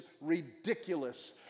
ridiculous